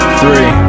Three